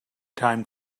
time